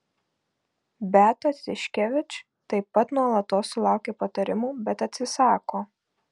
beata tiškevič taip pat nuolatos sulaukia patarimų bet atsisako